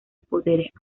poderes